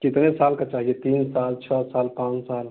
कितने साल का चाहिए तीन साल छः साल पाँच साल